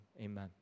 amen